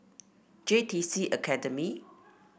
J T C Academy